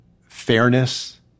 fairness